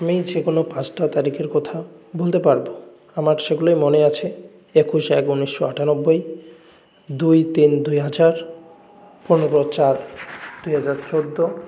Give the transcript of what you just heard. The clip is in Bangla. আমি যে কোনো পাঁচটা তারিখের কথা বলতে পারব আমার সেগুলো মনে আছে একুশ এক উনিশশো আঠানব্বই দুই তিন দুই হাজার পনেরো চার দুই হাজার চোদ্দ